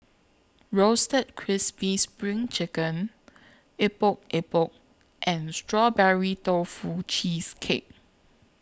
Roasted Crispy SPRING Chicken Epok Epok and Strawberry Tofu Cheesecake